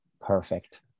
Perfect